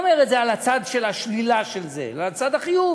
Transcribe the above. אני לא אומר את זה לצד של השלילה אלא לצד החיוב,